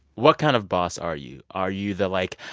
what kind of boss are you? are you the, like,